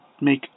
make